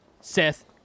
Seth